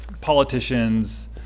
politicians